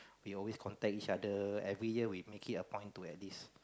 we always contact each other every year we make it a point to at least